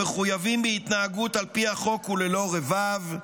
מחויבים בהתנהגות על פי החוק וללא רבב,